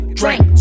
drink